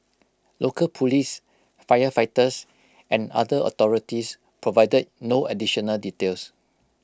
local Police firefighters and other authorities provided no additional details